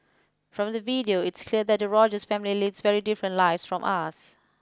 from the video it's clear that the Rogers family leads very different lives from us